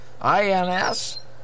INS